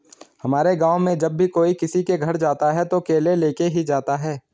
हमारे गाँव में जब भी कोई किसी के घर जाता है तो केले लेके ही जाता है